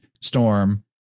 storm